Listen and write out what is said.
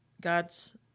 God's